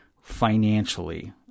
financially